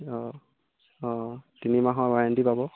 অঁ অঁ তিনি মাহৰ ৱাৰেন্টি পাব